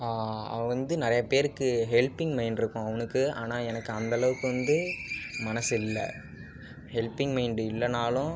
அவன் வந்து நிறைய பேருக்கு ஹெல்ப்பிங் மைண்ட் இருக்கும் அவனுக்கு ஆனால் எனக்கு அந்த அளவுக்கு வந்து மனசு இல்லை ஹெல்ப்பிங் மைண்ட் இல்லைனாலும்